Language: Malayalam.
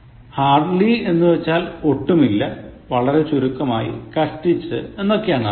Hardly എന്നു വച്ചാൽ ഒട്ടുമില്ല വളരെ ചുരുക്കമായി കഷ്ടിച്ച് എന്നൊക്കെയാണർത്ഥം